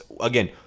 again